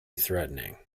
threatening